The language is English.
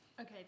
Okay